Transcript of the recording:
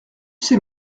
c’est